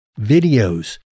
videos